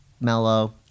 Mellow